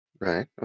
Right